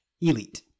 Elite